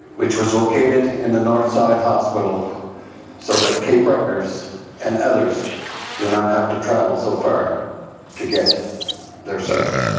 which was located in the northside hospital so that cape bretonners and others do not have to travel so far to get their service?